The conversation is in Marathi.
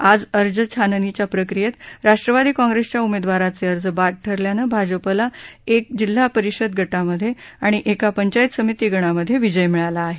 आज अर्ज छाननीच्या प्रक्रियेत राष्ट्रवादी कॉग्रेसच्या उमेदवारांचे अर्ज बाद ठरल्यानं भाजपला एका जिल्हा परिषद गटांमध्ये आणि एका पंचायत समिती गणामध्ये विजय मिळाला आहे